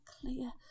clear